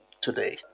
today